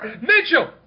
Mitchell